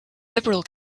liberal